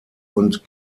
und